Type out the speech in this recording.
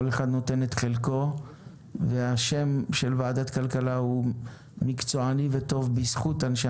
כל אחד נותן את חלקו והשם של ועדת כלכלה הוא מקצועני וטוב בזכות אנשי